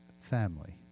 family